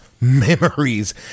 memories